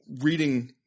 reading